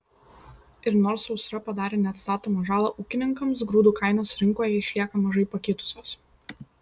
ir nors sausra padarė neatstatomą žalą ūkininkams grūdų kainos rinkoje išlieka mažai pakitusios